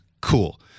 cool